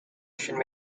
should